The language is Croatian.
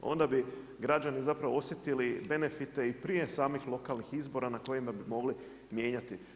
Onda bi građani zapravo osjetili benefite i prije samih lokalnih izbora na kojima bi mogle mijenjati.